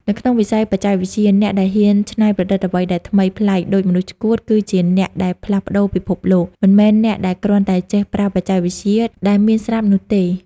នៅក្នុងវិស័យបច្ចេកវិទ្យា អ្នកដែលហ៊ានច្នៃប្រឌិតអ្វីដែលថ្មីប្លែក (ដូចមនុស្សឆ្កួត) គឺជាអ្នកដែលផ្លាស់ប្តូរពិភពលោក មិនមែនអ្នកដែលគ្រាន់តែចេះប្រើបច្ចេកវិទ្យាដែលមានស្រាប់នោះទេ។